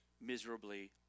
miserably